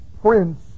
prince